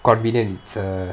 convenient it's err